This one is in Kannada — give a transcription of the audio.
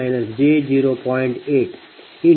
02j0